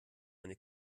eine